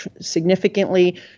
significantly